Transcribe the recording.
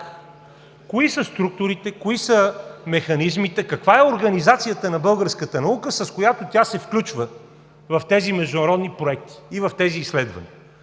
Кои са структурите, кои са механизмите, каква е организацията на българската наука, с която тя се включва в тези международни проекти и изследвания?